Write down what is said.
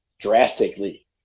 drastically